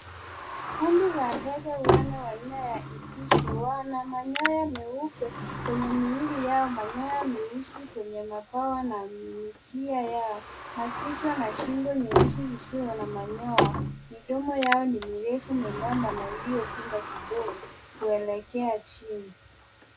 Kundi la ndege wanna aina ya ina manyoya meupe kwenye miwili Yao manyoya meusi kwenye mapawa na mkia wao na Shona la shingo nyeusi zisizo na manyoya. Midomo yao ni mirefu mepamba na ilio ndogo kuelekea chini.